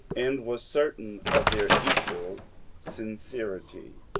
and was certain of their equal sincerity.